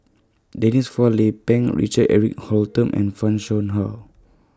Denise Phua Lay Peng Richard Eric Holttum and fan Shao Hua